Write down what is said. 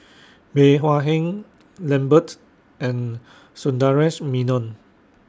Bey Hua Heng Lambert and Sundaresh Menon